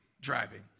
driving